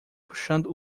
puxando